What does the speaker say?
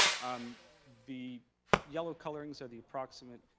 um the yellow colorings are the approximate